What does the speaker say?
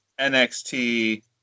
NXT